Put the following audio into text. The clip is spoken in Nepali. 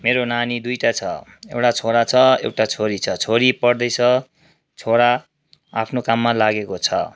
मेरो नानी दुइटा छ एउटा छोरा छ एउटा छोरी छ छोरी पढ्दैछ छोरा आफ्नो काममा लागेको छ